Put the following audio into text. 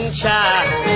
child